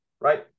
right